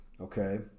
Okay